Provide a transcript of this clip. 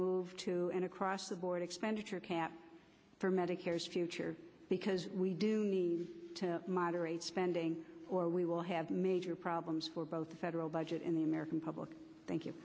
move to an across the board expenditure cap for medicare's future because we do need to moderate spending or we will have major problems for both the federal budget in the american public thank you